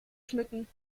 schmücken